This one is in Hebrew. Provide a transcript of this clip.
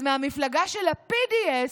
אז מהמפלגה של לפיDS,